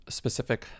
specific